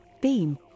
beam